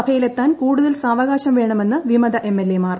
സഭയിലെത്താൻ കൂടുതൽ സാവകാശം വേണമെന്ന് വിമത എം എൽ എമ്മാർ